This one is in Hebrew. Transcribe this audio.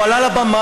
הוא עלה לבמה,